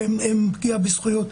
שהם פגיעה בזכויות?